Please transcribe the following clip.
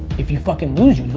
if you fucking lose,